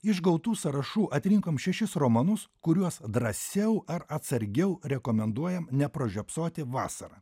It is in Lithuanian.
iš gautų sąrašų atrinkom šešis romanus kuriuos drąsiau ar atsargiau rekomenduojam nepražiopsoti vasarą